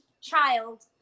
child